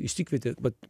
išsikvietė vat